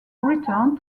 return